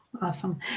awesome